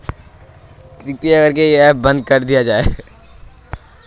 जनगलेर जानवर ला देख्भालेर तने इला क्षेत्रोत रोज्गारेर मौक़ा होछे